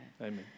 amen